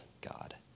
God